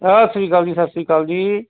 ਸਤਿ ਸ਼੍ਰੀ ਅਕਾਲ ਜੀ ਸਤਿ ਸ਼੍ਰੀ ਅਕਾਲ ਜੀ